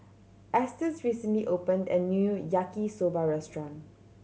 Estes recently opened a new Yaki Soba restaurant